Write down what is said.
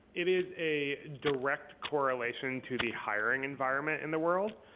it is a direct correlation to the hiring environment in the world,